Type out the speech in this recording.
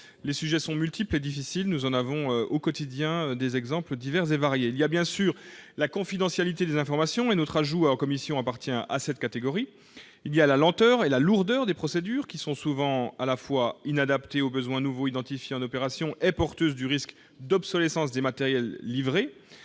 Les sujets sont multiples et difficiles, et nous en avons des exemples divers et variés. Il y a, bien sûr, la confidentialité des informations- et notre ajout en commission y a trait. Il y a la lenteur et la lourdeur des procédures, qui sont souvent à la fois inadaptées aux besoins nouveaux identifiés en opération et porteuses du risque d'obsolescence des matériels livrés,